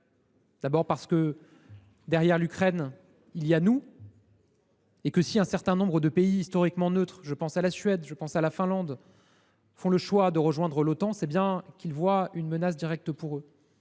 D’abord parce que, derrière l’Ukraine, il y a nous ! Si un certain nombre de pays historiquement neutres – je pense à la Suède, à la Finlande – font le choix de rejoindre l’Otan, c’est bien parce qu’ils perçoivent une menace directe à leur